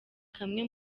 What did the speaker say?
kamwe